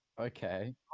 Okay